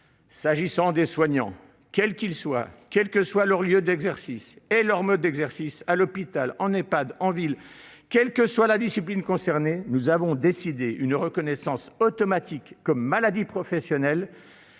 s'agissant des soignants, quels qu'ils soient, quels que soient leur lieu d'exercice et leur mode d'exercice- à l'hôpital, en Ehpad, en ville -, quelle que soit la discipline concernée, nous avons décidé une reconnaissance automatique comme maladie professionnelle,